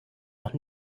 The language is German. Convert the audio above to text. noch